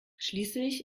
schließlich